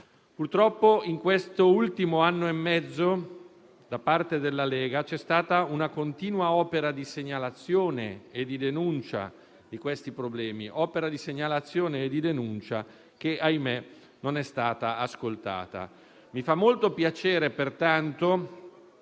Purtroppo, in questo ultimo anno e mezzo, da parte della Lega c'è stata una continua opera di segnalazione e di denuncia di questi problemi. Tale opera di segnalazione e denuncia non è stata - ahimè - ascoltata. Mi fa pertanto